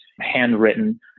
handwritten